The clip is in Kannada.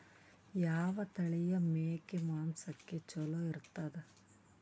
ಯಾವ ತಳಿಯ ಮೇಕಿ ಮಾಂಸಕ್ಕ ಚಲೋ ಇರ್ತದ?